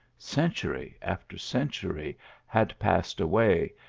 century after century had passed away,